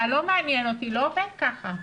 ה'לא מעניין אותי' לא עובד ככה.